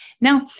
Now